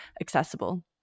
accessible